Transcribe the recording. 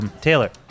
Taylor